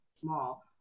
small